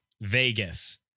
Vegas